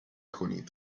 کنید